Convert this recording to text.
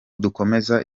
dukomeza